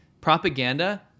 propaganda